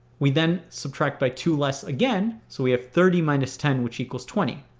we then subtract by two less again so we have thirty minus ten which equals twenty.